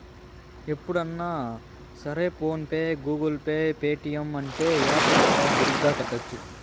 ఎప్పుడన్నా సరే PhonePe Google Pay Paytm అంటే యాప్ ద్వారా బిరిగ్గా కట్టోచ్చు